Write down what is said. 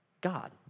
God